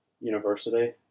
university